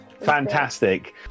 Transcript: Fantastic